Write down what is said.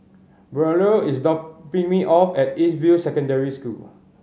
Braulio is dropping me off at East View Secondary School